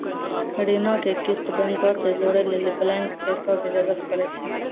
ऋणो के किस्त बैंको से जोड़ै लेली ब्लैंक चेको के जरूरत पड़ै छै